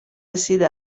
رسیده